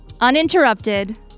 Uninterrupted